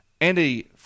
Andy –